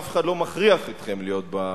ואף אחד לא מכריח אתכם להיות בממשלה.